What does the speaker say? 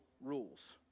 rules